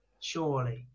Surely